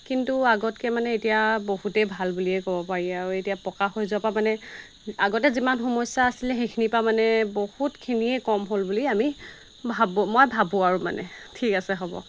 কিন্তু আগতকৈ মানে এতিয়া বহুতেই ভাল বুলিয়ে ক'ব পাৰি আৰু এতিয়া পকা হৈ যোৱাৰপৰা মানে আগতে যিমান সমস্যা আছিলে সেইখিনিৰপৰা মানে বহুতখিনিয়ে কম হ'ল বুলি আমি ভাবোঁ মই ভাবোঁ আৰু মানে ঠিক আছে হ'ব